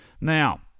Now